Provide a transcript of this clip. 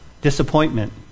disappointment